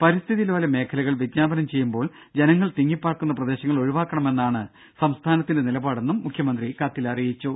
പരിസ്ഥിതി ലോല മേഖലകൾ വിജ്ഞാപനം ചെയ്യുമ്പോൾ ജനങ്ങൾ തിങ്ങിപ്പാർക്കുന്ന പ്രദേശങ്ങൾ ഒഴിവാക്കണമെന്നാണ് സംസ്ഥാനത്തിന്റെ നിലപാടെന്നും മുഖ്യമന്ത്രി കത്തിൽ അറിയിച്ചു